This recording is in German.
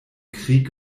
krieg